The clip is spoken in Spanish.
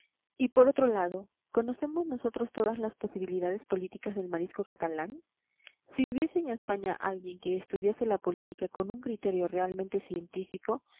y por otro lado conocemos nosotros todas las posibilidades políticas del marisco catalán si hubiese en españa alguien que estudiase la política con un criterio realmente científico